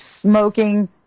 smoking